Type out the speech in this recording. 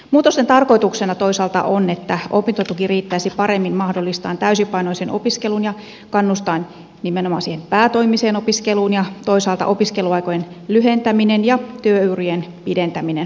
muutosten tarkoituksena toisaalta on että opintotuki riittäisi paremmin mahdollistamaan täysipainoisen opiskelun ja kannustamaan nimenomaan siihen päätoimiseen opiskeluun ja toisaalta opiskeluaikojen lyhentäminen ja työurien pidentäminen